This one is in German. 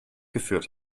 geführt